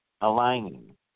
aligning